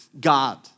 God